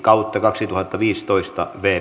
asian käsittely päättyi